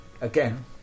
again